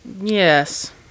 Yes